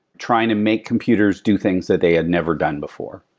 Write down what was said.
trying to make computers do things that they had never done before,